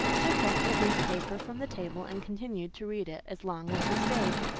took up a newspaper from the table, and continued to read it as long as he staid.